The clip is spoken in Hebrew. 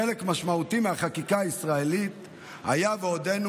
חלק משמעותי מהחקיקה הישראלית היה ועודנו